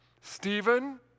Stephen